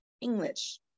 English